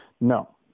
No